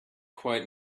quite